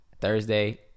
Thursday